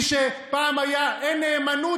מה שפעם היה: אין נאמנות,